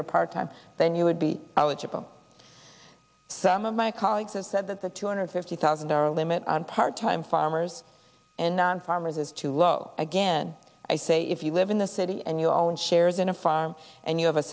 your part time then you would be some of my colleagues have said that the two hundred fifty thousand dollar limit on part time farmers and non farmers is too low again i say if you live in a city and you own shares in a farm and you have a